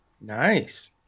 Nice